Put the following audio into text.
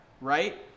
right